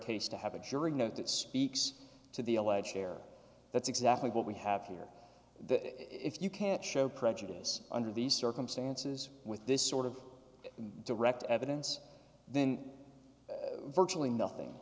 case to have a jury know that it speaks to the alleged hair that's exactly what we have here that if you can't show prejudice under these circumstances with this sort of direct evidence then virtually nothing